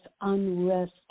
unrest